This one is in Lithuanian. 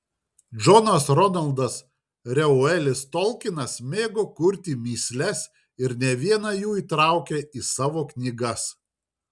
džonas ronaldas reuelis tolkinas mėgo kurti mįsles ir ne vieną jų įtraukė į savo knygas